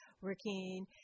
working